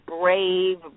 brave